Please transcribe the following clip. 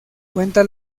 cuenta